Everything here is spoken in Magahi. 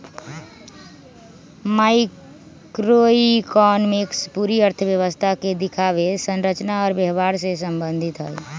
मैक्रोइकॉनॉमिक्स पूरी अर्थव्यवस्था के दिखावे, संरचना और व्यवहार से संबंधित हई